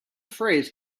phrase